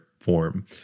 form